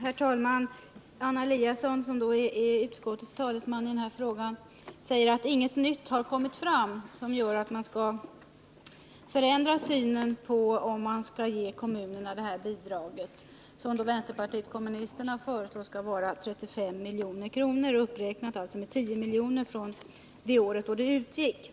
Herr talman! Anna Eliasson, som är utskottets talesman i denna fråga, säger att inga nya fakta har kommit fram som kan förändra synen på om kommunerna skall få det här bidraget, som vpk föreslår skall uppgå till 35 milj.kr., uppräknat alltså med 10 milj.kr. från det år då bidraget utgick.